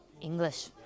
English